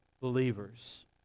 believers